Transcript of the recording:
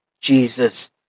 Jesus